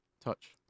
touch